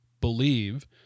believe